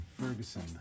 Ferguson